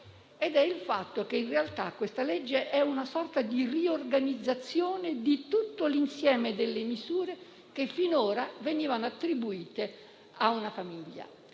Ed è il fatto che in realtà questa legge è una sorta di riorganizzazione di tutto l'insieme delle misure finora attribuite a una famiglia: